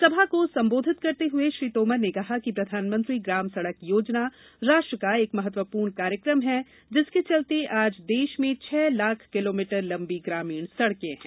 सभा को सम्बोाधित करते हुए श्री तोमर ने कहा कि प्रधानमंत्री ग्राम सड़क योजना राष्ट्र का एक महत्वपूर्ण कार्यक्रम है जिसके चलते आज देश में छह लाख किलोमीटर लम्बी ग्रामीण सड़कें हैं